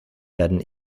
werden